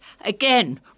Again